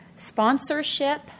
Sponsorship